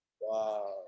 Wow